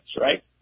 right